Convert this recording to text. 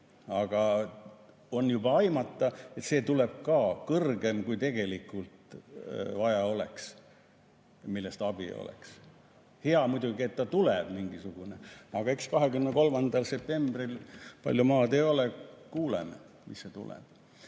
Aga on juba aimata, et see tuleb ka kõrgem, kui tegelikult vaja oleks, millest abi oleks. Hea muidugi, et ta tuleb, mingisugune. Aga eks 23. septembril – sinna palju maad ei ole – kuuleme, mis see tuleb.